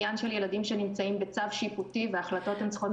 הילדים שלהם למעלה מחודש וההנחיות הן חד-צדדיות.